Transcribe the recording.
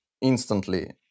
instantly